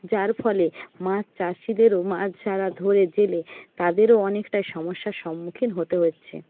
যার ফলে মাছ চাষিদেরও মাছ যারা ধরে জেলে তাদেরও অনেকটা সমস্যার সম্মুখীন হতে হচ্ছে